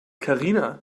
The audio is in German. karina